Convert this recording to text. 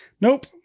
Nope